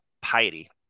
piety